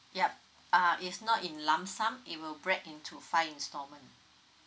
yup uh is not in lump sum it will break into five installment